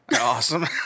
Awesome